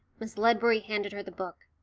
miss ledbury handed her the book.